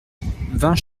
vingt